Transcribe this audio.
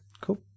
cool